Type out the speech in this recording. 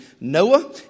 Noah